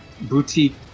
boutique